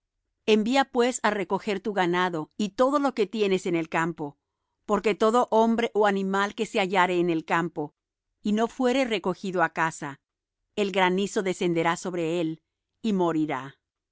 envía pues á recoger tu ganado y todo lo que tienes en el campo porque todo hombre ó animal que se hallare en el campo y no fuere recogido á casa el granizo descenderá sobre él y morirá de